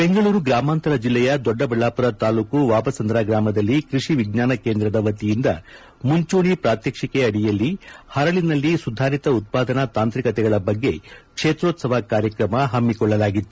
ಬೆಂಗಳೂರು ಗ್ರಾಮಾಂತರ ಜಿಲ್ಲೆಯ ದೊಡ್ಡಬಳ್ಳಾಪುರ ತಾಲ್ಲೂಕು ವಾಬಸಂದ್ರ ಗ್ರಾಮದಲ್ಲಿ ಕೈಷಿ ವಿಣ್ಣಾನ ಕೇಂದ್ರದ ವತಿಯಿಂದ ಮುಂಚೂಣಿ ಪ್ರಾತ್ಯಕ್ಷಿಕೆ ಅಡಿಯಲ್ಲಿ ಹರಳನಲ್ಲಿ ಸುಧಾರಿತ ಉತ್ಪಾದನಾ ತಾಂತ್ರಿಕತೆಗಳ ಬಗ್ಗೆ ಕ್ಷೇತ್ರೋತ್ಸವ ಕಾರ್ಯಕ್ರಮ ಹಮ್ನಿಕೊಳ್ಳಲಾಗಿತ್ತು